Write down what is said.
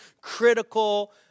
critical